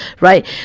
right